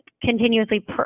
Continuously